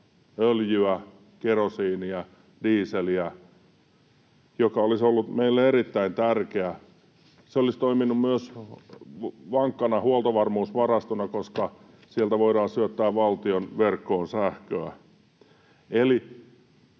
öljyä, kerosiinia, dieseliä, mikä olisi ollut meille erittäin tärkeää. Se olisi toiminut myös vankkana huoltovarmuusvarastona, koska sieltä voidaan syöttää valtion verkkoon sähköä.